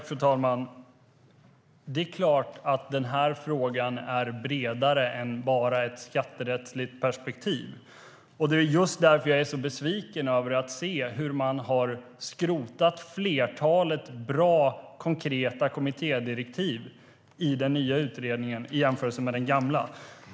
Fru talman! Det är klart att frågan är bredare än bara ett skatterättsligt perspektiv. Det är just därför jag är så besviken över att se hur man har skrotat flertalet bra, konkreta kommittédirektiv för den nya utredningen i jämförelse med för den gamla.